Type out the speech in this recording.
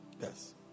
yes